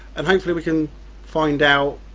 and hopefully we can find out